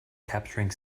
capturing